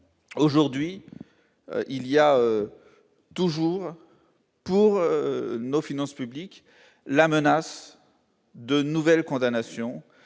Aujourd'hui pèse toujours sur nos finances publiques la menace de nouvelles condamnations,